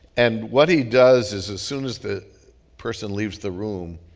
and what he does is as soon as the person leaves the room,